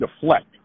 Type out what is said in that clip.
deflect